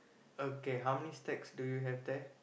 okay how many stacks do you have there